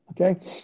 Okay